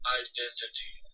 identity